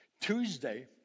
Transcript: Tuesday